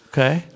Okay